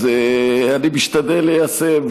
אז משתדל ליישם,